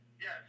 yes